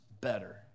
better